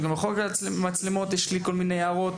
גם לגבי חוק המצלמות יש כל מיני הערות.